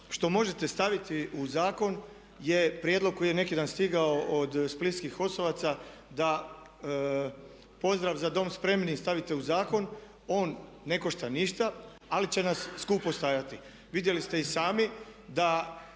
što možete staviti u zakon je prijedlog koji je neki dan stigao od splitskih HOS-ovaca da pozdrav za dom spremni stavite u zakon. On ne košta ništa ali će nas skupo stajati. Vidjeli ste i sami da